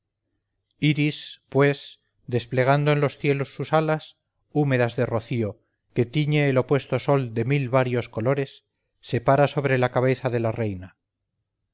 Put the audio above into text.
iris pues desplegando en los cielos sus alas húmedas de rocío que tiñe el opuesto sol de mil varios colores se para sobre la cabeza de la reina